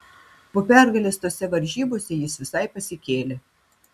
po pergalės tose varžybose jis visai pasikėlė